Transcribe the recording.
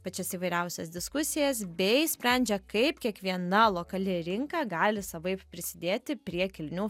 pačias įvairiausias diskusijas bei sprendžia kaip kiekviena lokali rinka gali savaip prisidėti prie kilnių